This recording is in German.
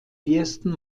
ersten